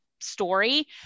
story